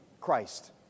Christ